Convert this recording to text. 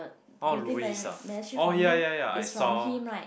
oh Louise ah oh ya ya ya I saw